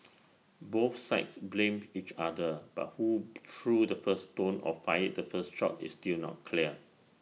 both sides blamed each other but who threw the first stone or fired the first shot is still not clear